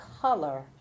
color